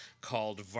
called